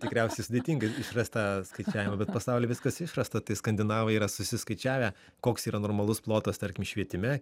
tikriausiai sudėtinga išrast tą skaičiavimą bet pasauly viskas išrasta tai skandinavai yra susiskaičiavę koks yra normalus plotas tarkim švietime